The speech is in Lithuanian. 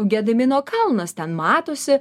gedimino kalnas ten matosi